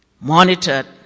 monitored